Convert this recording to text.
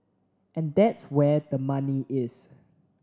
and that's where the money is